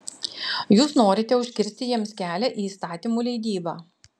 jūs norite užkirsti jiems kelią į įstatymų leidybą